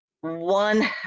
One